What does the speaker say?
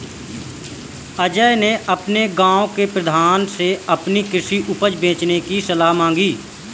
अजय ने अपने गांव के प्रधान से अपनी कृषि उपज बेचने की सलाह मांगी